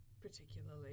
particularly